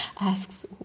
asks